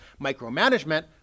micromanagement